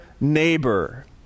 neighbor